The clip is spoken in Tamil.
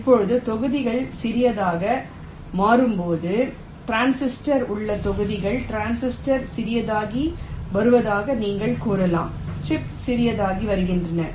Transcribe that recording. இப்போது தொகுதிகள் சிறியதாக மாறும் போது டிரான்சிஸ்டரில் உள்ள தொகுதிகள் டிரான்சிஸ்டர் சிறியதாகி வருவதாக நீங்கள் கூறலாம் சிப் சிறியதாகி வருகின்றன